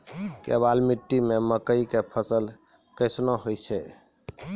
केवाल मिट्टी मे मकई के फ़सल कैसनौ होईतै?